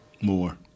More